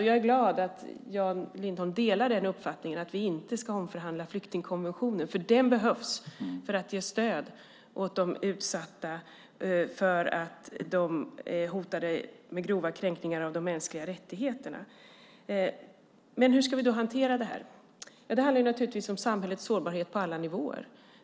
Jag är glad att Jan Lindholm delar uppfattningen att vi inte ska omförhandla flyktingkonventionen, för den behövs för att ge stöd åt de utsatta som hotas med grova kränkningar av de mänskliga rättigheterna. Hur ska vi då hantera detta? Ja, det handlar naturligtvis om samhällets sårbarhet på alla nivåer.